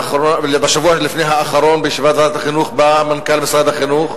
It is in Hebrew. בישיבת ועדת החינוך בשבוע לפני האחרון בא מנכ"ל משרד החינוך,